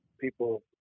people